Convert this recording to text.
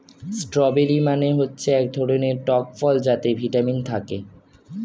strawberry মানে হচ্ছে এক ধরনের টক ফল যাতে ভিটামিন থাকে